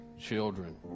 children